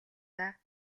даа